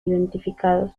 identificados